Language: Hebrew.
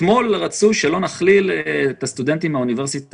אתמול רצו שלא נכליל את הסטודנטים מהאוניברסיטה